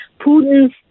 Putin's